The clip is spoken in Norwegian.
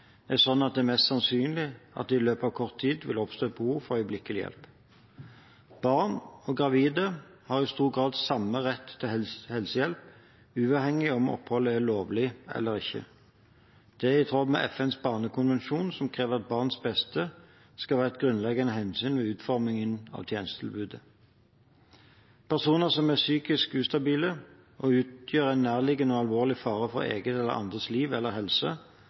er slik at det er mest sannsynlig at det i løpet av kort tid vil oppstå et behov for øyeblikkelig hjelp. Barn og gravide har i stor grad samme rett til helsehjelp, uavhengig av om oppholdet er lovlig eller ikke. Det er i tråd med FNs barnekonvensjon, som krever at barns beste skal være et grunnleggende hensyn ved utformingen av tjenestetilbudet. Personer som er psykisk ustabile og utgjør en nærliggende og alvorlig fare for eget eller andres liv eller helse,